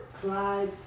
Clyde